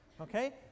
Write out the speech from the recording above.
okay